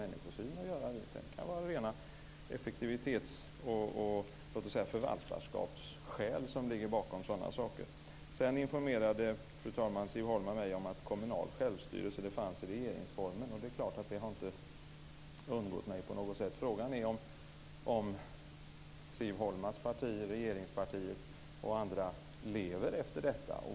Det kan vara rena effektivitets och förvaltarskapsskäl som ligger bakom sådana saker. Sedan, fru talman, informerade Siw Holma mig om att kommunal självstyrelse fanns i regeringsformen. Det är klart att det inte har undgått mig. Frågan är om Siw Holmas parti, regeringspartiet och andra lever efter detta.